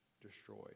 destroyed